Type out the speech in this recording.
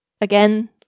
again